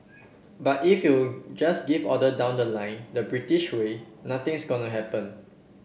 but if you just give order down the line the British way nothing's gonna happen